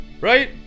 right